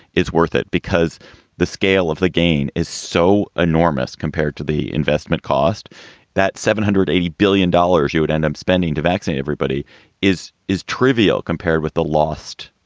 it's worth it because the scale of the gain is so enormous compared to the investment cost that seven hundred eighty billion dollars you would end up spending to vaccinate everybody is is trivial compared with the lost.